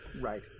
Right